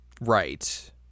right